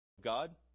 God